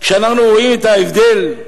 כשאנחנו רואים את ההבדל,